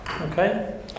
Okay